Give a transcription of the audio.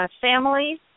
families